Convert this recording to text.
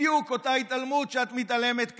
בדיוק אותה התעלמות שאת מתעלמת כרגע,